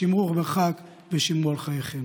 שמרו מרחק ושמרו על חייכם.